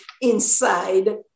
inside